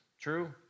True